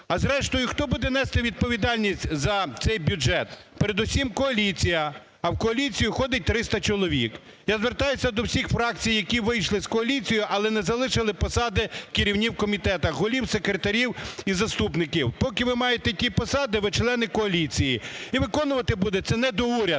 А, зрештою, хто буде нести відповідальність за цей бюджет? Передусім коаліція, а в коаліцію входить триста чоловік. Я звертаюся до всіх фракцій, які вийшли з коаліції, але не залишили посади керівні в комітетах голів, секретарів і заступників. Поки ви маєте ті посади, ви члени коаліції, і виконувати буде це недоуряд,